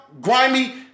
grimy